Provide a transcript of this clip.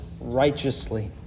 righteously